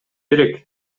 керек